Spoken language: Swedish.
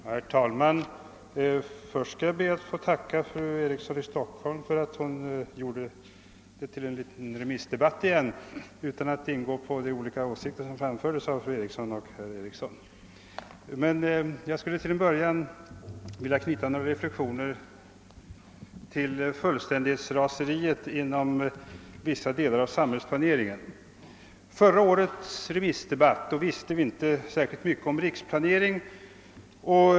Herr talman! Först ber jag att få tacka fru Eriksson i Stockholm för att hon gjorde debatten till en liten remissdebatt igen. Jag ämnar dock inte ingå på de olika åsikter som framfördes av fru Eriksson i Stockholm och herr Eriksson i Bäckmora. Till en början skulle jag vilja knyta några reflexioner till fullständighetsraseriet inom vissa delar av samhällsplaneringen. Vid förra årets remissdebatt visste vi inte särskilt mycket om riksplanering.